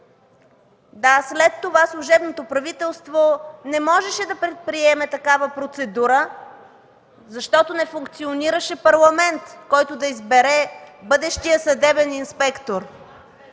След това служебното правителство не можеше да предприеме такава процедура, защото не функционираше Парламент, който да избере бъдещия съдебен инспектор.